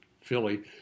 Philly